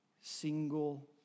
single